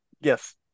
Yes